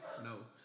No